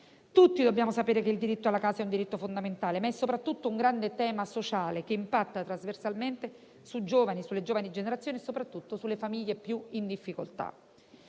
Tutti dobbiamo sapere che il diritto alla casa è fondamentale, ma è soprattutto un grande tema sociale che impatta trasversalmente sulle giovani generazioni e soprattutto sulle famiglie più in difficoltà.